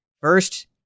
First